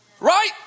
Right